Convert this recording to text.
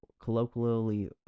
Colloquially